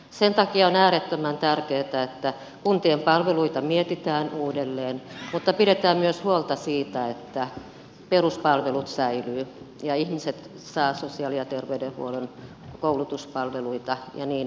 sen takia on äärettömän tärkeätä että kuntien palveluita mietitään uudelleen mutta pidetään myös huolta siitä että peruspalvelut säilyvät ja ihmiset saavat sosiaali ja terveydenhuollon ja koulutuspalveluita ja niin edelleen